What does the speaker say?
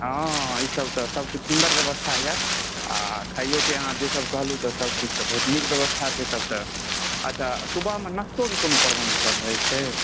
हँ ई सब तऽ सबकुछ सुन्दर व्यवस्था यऽ आ खाइयोके जे सब किछु अहाँ कहलहुँ सब किछु तऽ बहुत नीक व्यवस्था छै एतऽ अच्छा सुबहमे नाश्तो सबके कोनो प्रबन्ध रहै छै